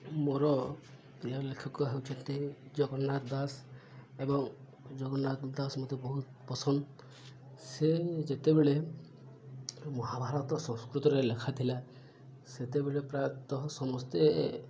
ମୋର ପ୍ରିୟ ଲେଖକ ହେଉଛନ୍ତି ଜଗନ୍ନାଥ ଦାସ ଏବଂ ଜଗନ୍ନାଥ ଦାସ ମୋତେ ବହୁତ ପସନ୍ଦ ସେ ଯେତେବେଳେ ମହାଭାରତ ସଂସ୍କୃତିରେ ଲେଖା ଥିଲା ସେତେବେଳେ ପ୍ରାୟତଃ ସମସ୍ତେ